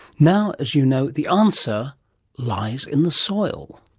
now, as you know, the answer lies in the soil.